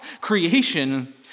creation